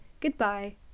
goodbye